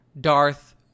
Darth